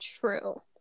true